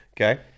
Okay